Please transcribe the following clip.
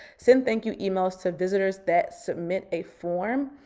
send thank you emails to visitors that submit a form.